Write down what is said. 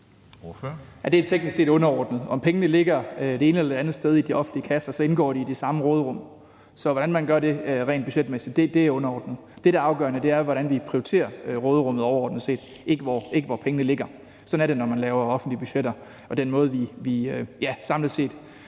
Det er teknisk set underordnet; uanset om pengene ligger det ene eller det andet sted i de offentlige kasser, indgår de i det samme råderum. Så hvordan man gør det rent budgetmæssigt, er underordnet. Det, der er afgørende, er, hvordan vi prioriterer råderummet overordnet set, ikke hvor pengene ligger. Sådan er det, når man laver offentlige budgetter, og sådan er den måde, vi samlet set